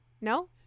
No